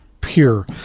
pure